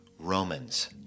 Romans